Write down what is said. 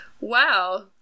Wow